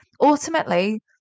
ultimately